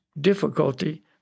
difficulty